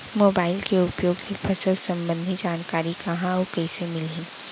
Mobile के उपयोग ले फसल सम्बन्धी जानकारी कहाँ अऊ कइसे मिलही?